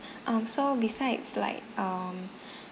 um so besides like um